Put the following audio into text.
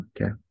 Okay